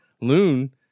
loon